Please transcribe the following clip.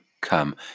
come